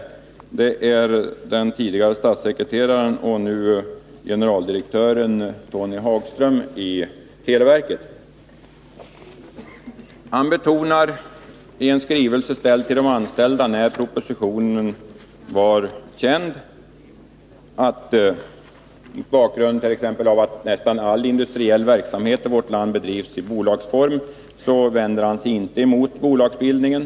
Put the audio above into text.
Jag syftar på den tidigare statssekreteraren och numera generaldirektören Tony Hagström i televerket. När propositionen hade blivit känd betonade han i en skrivelse till de anställda, att han bl.a. med anledning av att nästan all industriell verksamhet i vårt land bedrivs i bolagsform, inte vänder sig mot bolagsbildningen.